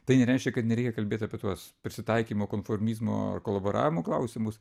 tai nereiškia kad nereikia kalbėt apie tuos prisitaikymo konformizmo kolaboravimo klausimus